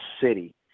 city